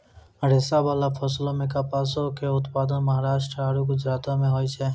रेशाबाला फसलो मे कपासो के उत्पादन महाराष्ट्र आरु गुजरातो मे होय छै